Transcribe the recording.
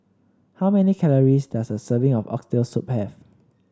how many calories does a serving of Oxtail Soup have